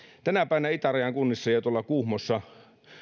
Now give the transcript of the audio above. tänä päivänä itärajan kunnissa tuolla kuhmossa